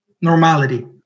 Normality